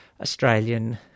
Australian